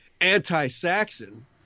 anti-Saxon